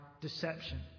deception